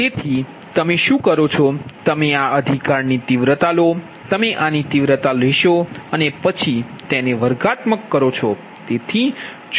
તેથી તમે શું કરો છો તમે આ અધિકારની તીવ્રતા લો તમે આની તીવ્રતા લો અને પછી તેને વર્ગાત્મક કરો